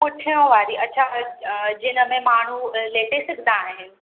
पुठियों वारी अच्छा जिन में माण्हू लेटे सघंदा आहिनि